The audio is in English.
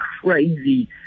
crazy